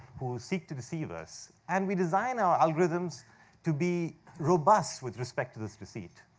who seek to deceive us. and we design our algorithms to be robust with respect to this deceit.